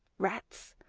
rats,